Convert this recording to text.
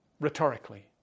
rhetorically